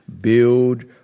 build